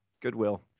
Goodwill